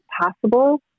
possible